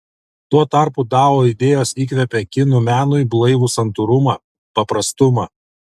tuo tarpu dao idėjos įkvepia kinų menui blaivų santūrumą paprastumą